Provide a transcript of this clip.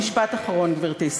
משפט אחרון, גברתי.